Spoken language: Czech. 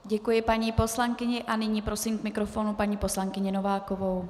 Děkuji paní poslankyni a nyní prosím k mikrofonu paní poslankyni Novákovou.